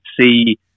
see